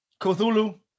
Cthulhu